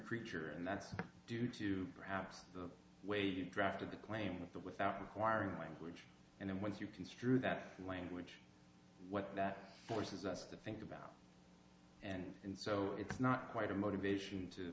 creature and that's due to perhaps the way you drafted the claim but without requiring language and then once you construe that language what that forces us to think about and in so it's not quite a motivation to